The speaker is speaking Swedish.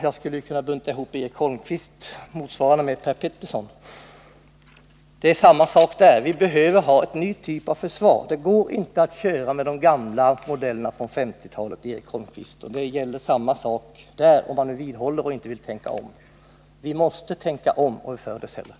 Jag skulle kunna bunta ihop Eric Holmqvist med Per Petersson: det går inte att köra med de gamla modellerna från 1950-talet. Vi måste tänka om, ju förr dess hellre.